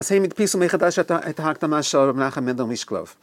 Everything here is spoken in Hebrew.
אז הם הדפיסו מחדש את ההקדמה של המלאכה מנדלמישקלוב.